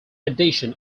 addition